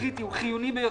חיוני ביותר.